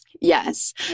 Yes